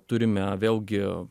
turime vėlgi